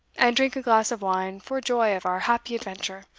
and drink a glass of wine for joy of our happy adventure.